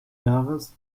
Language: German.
jahres